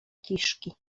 kiszki